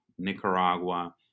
Nicaragua